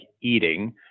eating